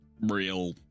real